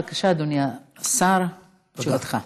בבקשה, אדוני השר, תשובתך.